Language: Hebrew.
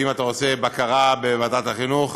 אם אתה רוצה בקרה בוועדת החינוך,